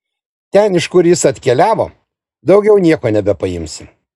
ten iš kur jis atkeliavo daugiau nieko nebepaimsi